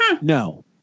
No